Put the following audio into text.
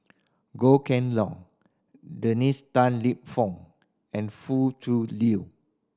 Goh Kheng Long Dennis Tan Lip Fong and Foo Tui Liew